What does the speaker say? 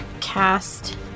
cast